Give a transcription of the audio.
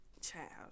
Child